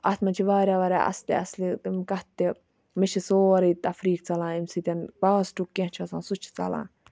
اَتھ منٛز چھِ واریاہ واریاہ اَصلہِ اَصلہِ تِم کَتھٕ تہِ مےٚ چھِ سورُے تَفریٖک ژَلان امہِ سۭتۍ پاسٹُک کینٛہہ چھُ آسان سُہ تہِ چھِ ژَلان